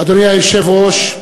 אדוני היושב-ראש,